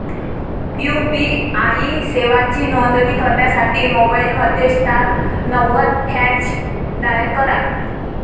UPI सेवांची नोंदणी करण्यासाठी मोबाईलमध्ये स्टार नव्वद हॅच डायल करा